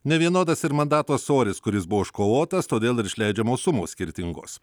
nevienodas ir mandato svoris kuris buvo iškovotas todėl ir išleidžiamos sumos skirtingos